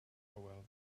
hywel